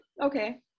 Okay